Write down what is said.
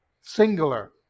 singular